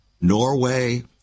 Norway